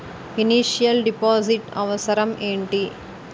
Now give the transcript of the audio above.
Initial deposit అవసరం ఏమిటి?